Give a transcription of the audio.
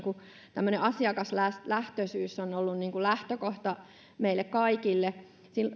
tämmöinen asiakaslähtöisyys on ollut lähtökohta meille kaikille